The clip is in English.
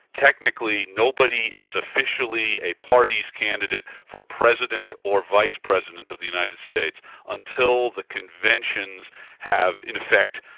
technically, nobody is officially a party's candidate for president or vice-president of the united states until the conventions have, in effect,